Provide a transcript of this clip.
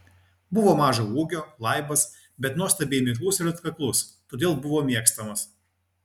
buvo mažo ūgio laibas bet nuostabiai miklus ir atkaklus todėl buvo mėgstamas